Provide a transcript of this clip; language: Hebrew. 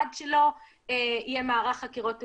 עד שלא יהיה מערך חקירות אפידמיולוגיות,